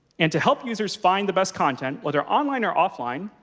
and to help users find the best content, whether online or offline,